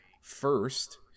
first